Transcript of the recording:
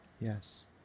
Yes